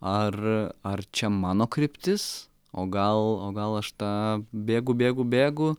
ar ar čia mano kryptis o gal o gal aš tą bėgu bėgu bėgu